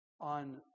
on